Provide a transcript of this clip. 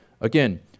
Again